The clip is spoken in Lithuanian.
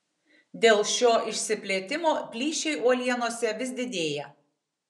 dėl šio išsiplėtimo plyšiai uolienose vis didėja